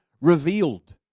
revealed